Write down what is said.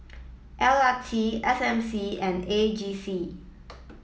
L R T S M C and A G C